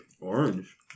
Orange